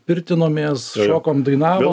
pirtinomės šokom dainavom